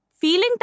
feeling